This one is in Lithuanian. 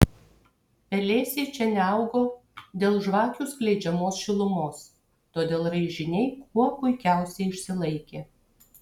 pelėsiai čia neaugo dėl žvakių skleidžiamos šilumos todėl raižiniai kuo puikiausiai išsilaikė